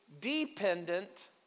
dependent